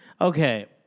okay